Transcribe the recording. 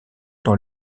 dans